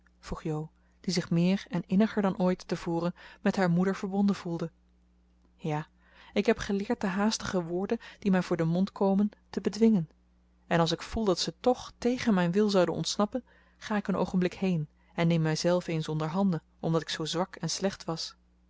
jo die zich meer en inniger dan ooit te voren met haar moeder verbonden voelde ja ik heb geleerd de haastige woorden die mij voor den mond komen te bedwingen en als ik voel dat ze toch tegen mijn wil zouden ontsnappen ga ik een oogenblik heen en neem mijzelf eens onderhanden omdat ik zoo zwak en slecht was